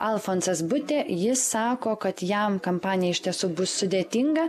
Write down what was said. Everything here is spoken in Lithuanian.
alfonsas butė jis sako kad jam kampanija iš tiesų bus sudėtinga